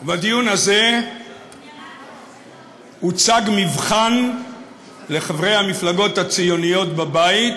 בדיון הזה הוצג מבחן לחברי המפלגות הציוניות בבית,